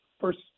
first